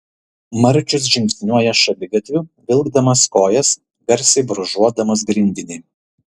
marčius žingsniuoja šaligatviu vilkdamas kojas garsiai brūžuodamas grindinį